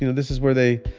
you know this is where they,